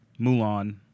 mulan